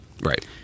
right